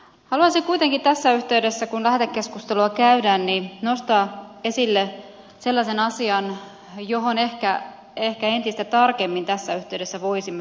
haluaisin kuitenkin tässä yhteydessä kun lähetekeskustelua käydään nostaa esille sellaisen asian johon ehkä entistä tarkemmin tässä yhteydessä voisimme puuttua